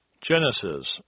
Genesis